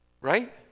Right